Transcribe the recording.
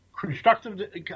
constructive